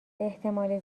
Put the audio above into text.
احتمال